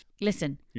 listen